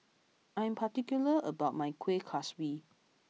I am particular about my Kuih Kaswi